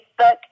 Facebook